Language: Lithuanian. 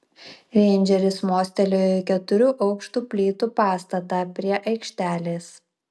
reindžeris mostelėjo į keturių aukštų plytų pastatą prie aikštelės